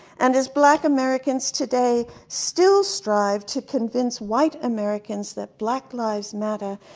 and as black americans today, still strive to convince white americans that black lives matter,